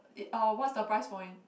uh what's the price point